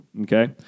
Okay